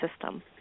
system